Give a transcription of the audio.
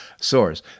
source